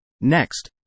Next